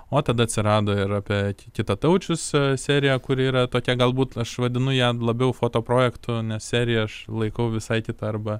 o tada atsirado ir apie kitataučius serija kuri yra tokia galbūt aš vadinu ją labiau foto projektu nes seriją aš laikau visai kita arba